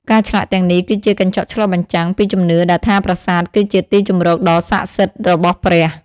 ការឆ្លាក់ទាំងនេះគឺជាកញ្ចក់ឆ្លុះបញ្ចាំងពីជំនឿដែលថាប្រាសាទគឺជាទីជម្រកដ៏ស័ក្តិសិទ្ធិរបស់ព្រះ។